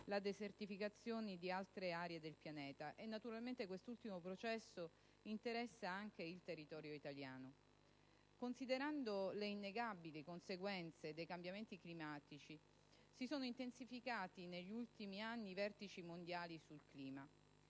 la desertificazione di altre aree del pianeta. Questo ultimo processo naturalmente interessa anche il territorio italiano. Considerando le innegabili conseguenze dei cambiamenti climatici, si sono intensificati negli ultimi anni i vertici mondiali sul clima: